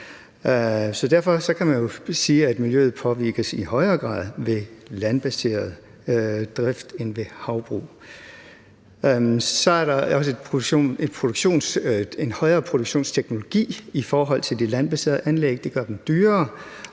Derfor kan man jo sige, at miljøet påvirkes i højere grad ved landbaseret drift end ved havbrug. Så er der også en højere produktionsteknologi i forhold til de landbaserede anlæg. Det gør dem dyrere,